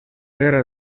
guerra